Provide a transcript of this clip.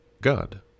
God